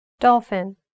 Dolphin